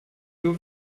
wir